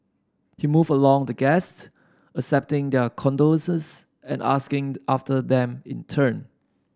he moved among the guests accepting their condolences and asking after them in turn